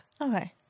Okay